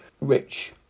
rich